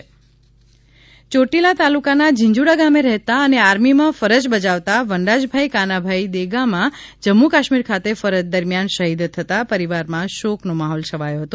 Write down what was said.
શહીદને અંતિમ વિદાય ચોટીલા તાલુકાના ઝીઝુડા ગામે રહેતા અને આર્મીમા ફરજ બજાવતા વનરાજભાઇ કાનાભાઇ દેગામા જમ્મુ કાશમીર ખાતે ફરજ દરમિયાન શહીદ થતા પરિવારમાં શોકનો માહોલ છવાયો હતો